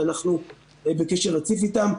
ואנחנו בקשר רציף איתם.